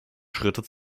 schritte